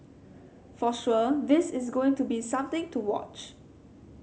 for sure this is going to be something to watch